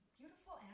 beautiful